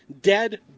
dead